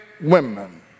women